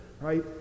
right